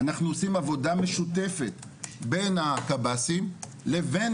ולכן אנחנו עושים עבודה משותפת בין הקבסי"ם לבין